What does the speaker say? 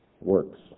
works